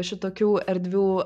šitokių erdvių